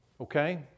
Okay